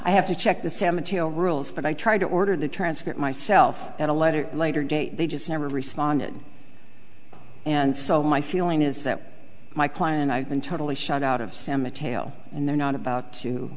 i have to check the cemetery rules but i tried to order the transcript myself at a letter later date they just never responded and so my feeling is that my client i've been totally shut out of cemetery and they're not about